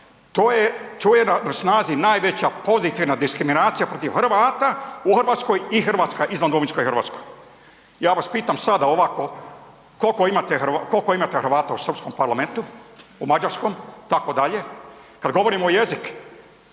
Tu je na snazi najveća pozitivna diskriminacija protiv Hrvata u Hrvatskoj i Hrvatska izvan domovinskoj Hrvatskoj. Ja vas pitam sada ovako koliko imate Hrvata u srpskom parlamentu, u mađarskom itd.? Kad govorimo o jeziku,